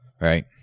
Right